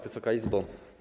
Wysoka Izbo!